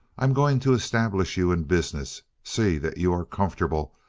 i'm going to establish you in business, see that you are comfortable,